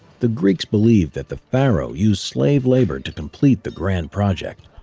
the greeks believed that the pharaoh used slave labor to complete the grand project.